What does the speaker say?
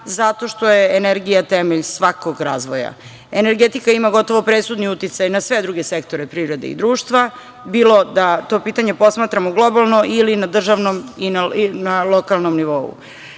zato što je energija temelj svakog razvoja. Energetika ima gotovo presudni uticaj na sve druge sektore privrede i društva, bilo da to pitanje posmatramo globalno ili na državnom i na lokalnom nivou. Iz